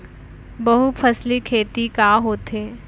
बहुफसली खेती का होथे?